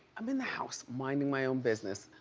i'm in the house, minding my own business.